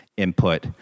input